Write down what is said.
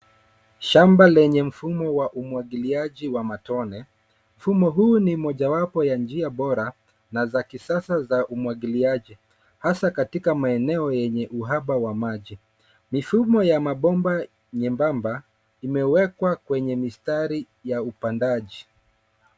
Shamba lenye mfumo wa umwagiliaji wa matone. Mfumo huu ni mojawapo ya njia bora na za kisasa za umwagiliaji, hasa katika maeneo yenye uhaba wa maji. Mifumo ya mabomba myembamba umewekwa kwenye mistari ya upandaji.